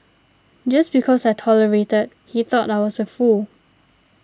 just because I tolerated he thought I was a fool